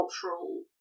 cultural